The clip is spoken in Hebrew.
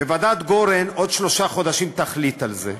וועדת גורן עוד שלושה חודשים תחליט על זה,